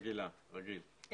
רגילה, רגיל.